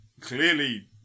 Clearly